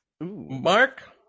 Mark